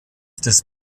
des